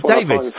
David